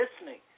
listening